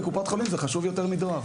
וקופת חולים זה חשוב יותר מדואר.